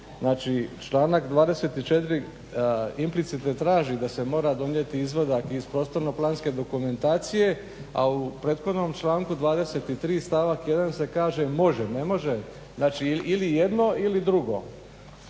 znači članak 24. implicite traži da se mora donijeti izvadak iz prostorno-planske dokumentacije, a u prethodnom članku 23. stavak 1. se kaže može, ne može, znači ili jedno ili drugo.